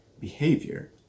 behavior